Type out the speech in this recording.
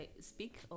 speak